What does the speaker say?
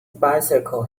bicycle